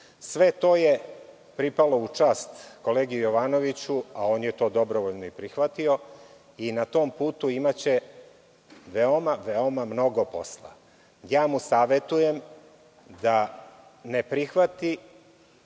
Sve to je pripalo u čast kolegi Jovanoviću, a on je to dobrovoljno prihvatio i na tom putu imaće veoma mnogo posla. Savetujem mu da ne prihvati